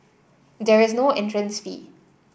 there is no entrance fee